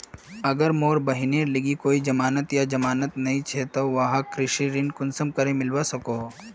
अगर मोर बहिनेर लिकी कोई जमानत या जमानत नि छे ते वाहक कृषि ऋण कुंसम करे मिलवा सको हो?